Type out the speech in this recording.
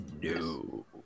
No